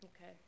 Okay